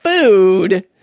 food